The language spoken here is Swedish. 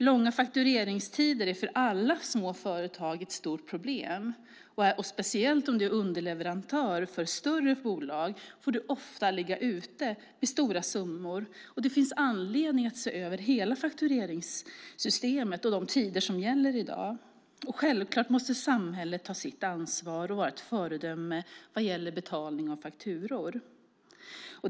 Långa faktureringstider är för alla små företag ett stort problem. Speciellt om man är underleverantör till ett större bolag får man ofta ligga ute med stora summor. Det finns anledning att se över de tider som gäller i dag i hela faktureringssystemet. Självklart måste samhället ta sitt ansvar och vara ett föredöme vad gäller betalning av fakturor.